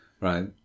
right